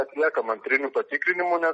atliekam antrinįų patikrinimų net